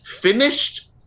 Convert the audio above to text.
finished